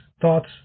thoughts